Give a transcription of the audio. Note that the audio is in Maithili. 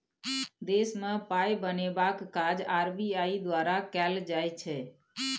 देशमे पाय बनेबाक काज आर.बी.आई द्वारा कएल जाइ छै